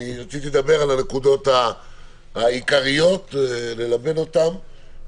רציתי לדבר על הנקודות העיקריות, ללבן אותן.